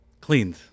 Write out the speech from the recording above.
cleaned